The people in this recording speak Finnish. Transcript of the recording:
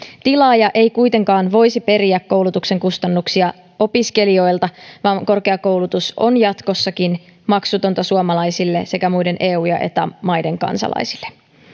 tilaaja ei kuitenkaan voisi periä koulutuksen kustannuksia opiskelijoilta vaan korkeakoulutus on jatkossakin maksutonta suomalaisille sekä muiden eu ja eta maiden kansalaisille